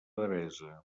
devesa